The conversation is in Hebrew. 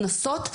קנסות,